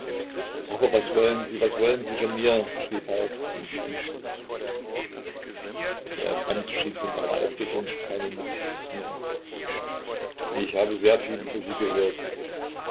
aber was wollen sie was wollen sie von mir schrie falk ihm wütend zu der fremde schien von seiner aufregung keine notiz zu nehmen ich habe sehr viel über sie gehört